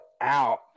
Out